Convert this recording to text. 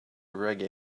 reggae